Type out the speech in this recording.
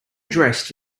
dressed